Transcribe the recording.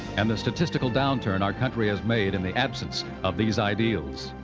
and the statistical downturn our country has made in the absence of these ideals.